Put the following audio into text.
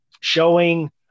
showing